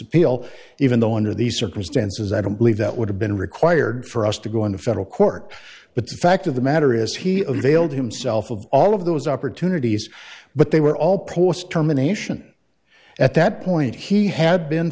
appeal even though under these circumstances i don't believe that would have been required for us to go into federal court but the fact of the matter is he availed himself of all of those opportunities but they were all poised terminations at that point he had been